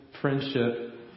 friendship